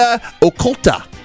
Oculta